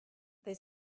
they